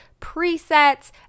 presets